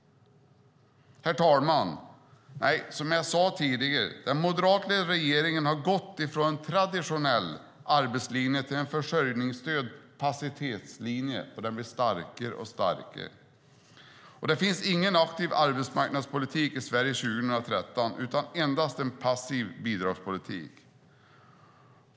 Herr talman! Som jag sade tidigare har den moderatledda regeringen gått ifrån en traditionell arbetslinje till en försörjningsstöds och passivitetslinje som blir starkare och starkare. Det finns ingen aktiv arbetsmarknadspolitik i Sverige 2013 utan endast en passiv bidragspolitik.